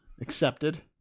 accepted